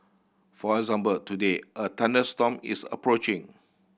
for example today a thunderstorm is approaching